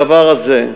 הדבר הזה,